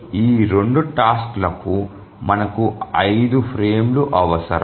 ఈ 2 టాస్క్ లకు మనకు ఐదు ఫ్రేములు అవసరం